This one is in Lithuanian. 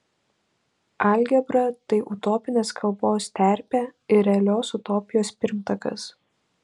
algebra tai utopinės kalbos terpė ir realios utopijos pirmtakas